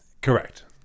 Correct